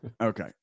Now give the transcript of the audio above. Okay